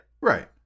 Right